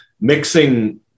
mixing